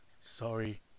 Sorry